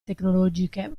tecnologiche